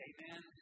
Amen